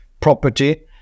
property